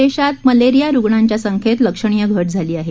देशात मलेरिया रुग्णांच्या संख्येत लक्षणीय घट झाली आहे